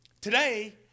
Today